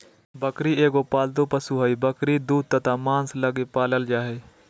बकरी एगो पालतू पशु हइ, बकरी दूध तथा मांस लगी पालल जा हइ